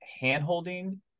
hand-holding